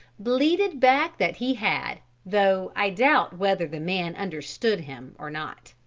bleated back that he had, though i doubt whether the man understood him or not.